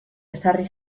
ezarri